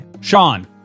Sean